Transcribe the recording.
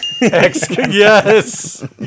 Yes